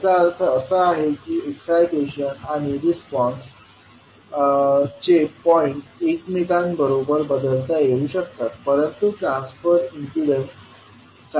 याचा अर्थ असा की एक्साइटेशन आणि रिस्पॉन्स चे पॉईंट एकमेकांबरोबर बदलता येऊ शकतात परंतु ट्रान्सफर इम्पीडन्स सारखेच राहील